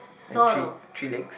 and three three legs